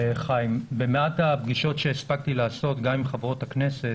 במעט הפגישות שהספקתי לעשות גם עם חברות הכנסת,